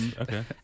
Okay